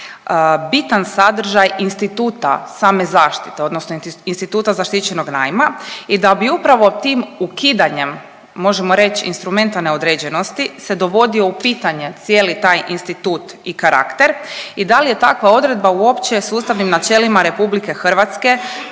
bitan sadržaj instituta same zaštite odnosno instituta zaštićenog najma i da bi upravo tim ukidanjem, možemo reć instrumenta neodređenosti se dovodio u pitanje cijeli taj institut i karakter i da li je takva odredba uopće s ustavnim načelima RH kao